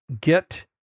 get